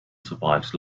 survives